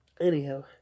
Anyhow